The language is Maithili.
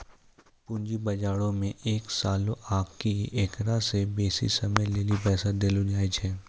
पूंजी बजारो मे एक सालो आकि एकरा से बेसी समयो लेली पैसा देलो जाय छै